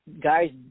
Guys